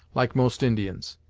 like most indians,